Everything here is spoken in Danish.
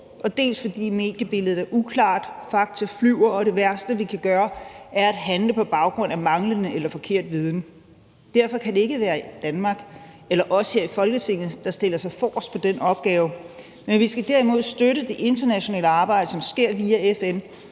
dels fordi mediebilledet er uklart. Fakta flyver, og det værste, vi kan gøre, er at handle på baggrund af manglende eller forkert viden. Derfor kan det ikke være Danmark – eller os her i Folketinget – der stiller sig forrest i forhold til den opgave. Men vi skal derimod støtte det internationale arbejde, som sker via FN